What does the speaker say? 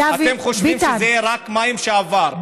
אתם חושבים שזה רק מים שעברו.